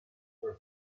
for